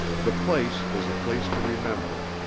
the place is a place to remember.